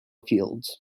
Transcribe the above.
fields